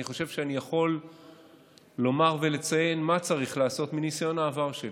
אני חושב שאני יכול לומר ולציין מה צריך לעשות מניסיון העבר שלי.